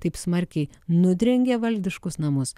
taip smarkiai nudrengė valdiškus namus